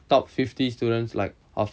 top fifty students like of